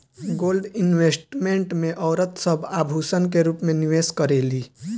gold investment में औरत सब आभूषण के रूप में निवेश करेली